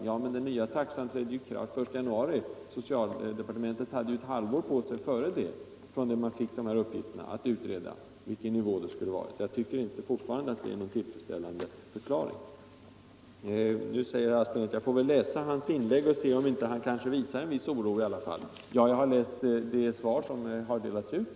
Ja, men de nya bestämmelserna trädde ju i kraft den 1 januari i år, varför socialdepartementet hade ett halvår på sig före den tiden sedan departementet fått uppgifterna att utreda vilken nivå som var lämplig. Jag tycker därför fortfarande inte att detta är någon tillfredsställande förklaring. Nu säger herr Aspling att jag får läsa hans inlägg och se, om det inte visar att han hyser en viss oro i alla fall. Jag har läst det svar som har delats ut.